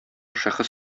шәхес